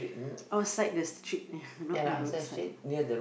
outside the street yes not the roadside